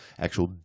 actual